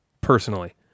personally